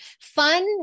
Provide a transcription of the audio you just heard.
Fun